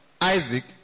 Isaac